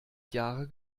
jahre